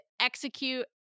execute